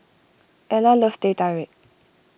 Ella loves Teh Tarik